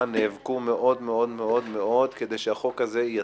נאבקנו מאוד מאוד כדי שהחוק הזה יתקדם.